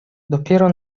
dopiero